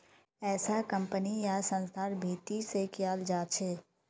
ऐसा कम्पनी या संस्थार भीती से कियाल जा छे